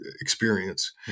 experience